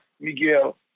Miguel